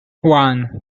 one